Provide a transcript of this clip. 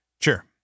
Sure